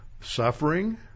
suffering